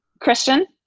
Christian